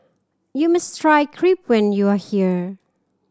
you must try Crepe when you are here